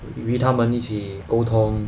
与他们一起沟通